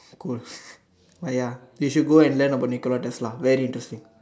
cool ah ya you should go and learn about Nicola Tesla very interesting